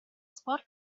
sport